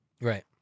Right